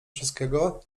wszystkiego